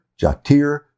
Jatir